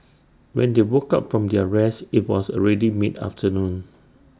when they woke up from their rest IT was already mid afternoon